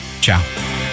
Ciao